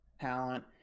talent